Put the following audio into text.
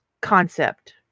concept